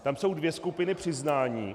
Tam jsou dvě skupiny přiznání.